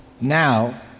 now